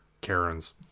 Karens